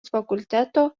fakulteto